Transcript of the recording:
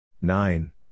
nine